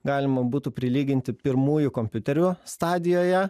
galima būtų prilyginti pirmųjų kompiuterių stadijoje